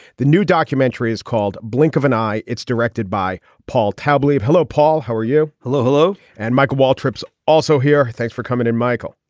the new documentary is called blink of an eye. it's directed by paul tabla. hello paul how are you. hello. hello. and michael waltrip also here. thanks for coming in michael.